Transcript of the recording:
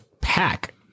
pack